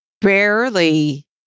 barely